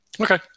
okay